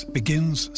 begins